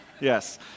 Yes